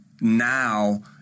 now